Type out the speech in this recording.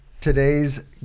Today's